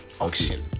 Auction